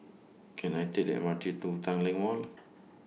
Can I Take The M R T to Tanglin Mall